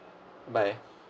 bye